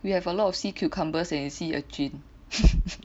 we have a lot of sea cucumbers and sea urchin